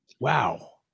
Wow